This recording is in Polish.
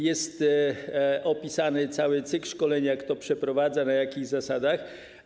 Jest opisany cały cykl szkolenia, to, kto je przeprowadza, na jakich zasadach.